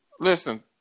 Listen